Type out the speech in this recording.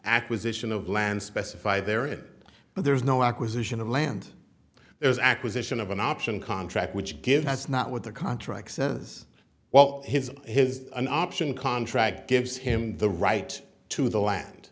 acquisition of land specify their it but there is no acquisition of land there is acquisition of an option contract which give has not what the contract says while his has an option contract gives him the right to the land